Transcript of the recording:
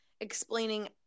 explaining